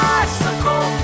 Bicycle